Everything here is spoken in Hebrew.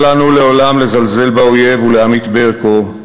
אל לנו לעולם לזלזל באויב ולהמעיט בערכו.